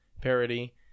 parody